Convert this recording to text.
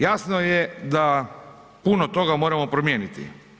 Jasno je da puno toga moramo promijeniti.